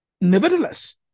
Nevertheless